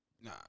Nah